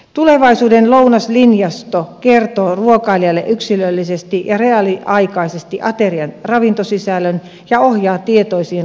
tulevaisuuden lounaslinjasto kertoo ruokailijalle yksilöllisesti ja reaaliaikaisesti aterian ravintosisällön ja ohjaa tietoisiin ateriavalintoihin